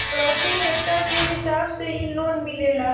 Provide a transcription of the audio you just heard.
प्रति हेक्टेयर के हिसाब से इ लोन मिलेला